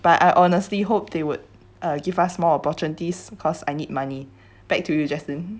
but I honestly hoped they would give us more opportunities because I need money back to jaslyn